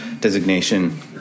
designation